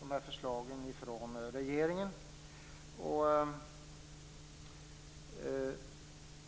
de här förslagen från regeringen.